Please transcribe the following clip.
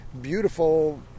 beautiful